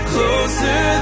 Closer